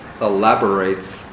elaborates